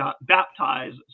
baptize